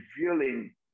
revealing